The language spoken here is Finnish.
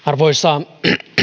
arvoisa